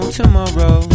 tomorrow